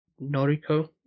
Noriko